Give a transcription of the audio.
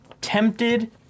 tempted